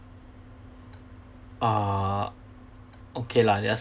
uh okay lah there's